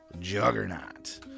juggernaut